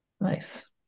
Nice